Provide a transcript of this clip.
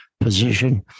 position